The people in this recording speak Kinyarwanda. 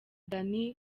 danny